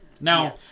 Now